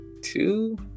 two